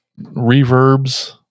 reverbs